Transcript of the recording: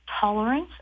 Tolerance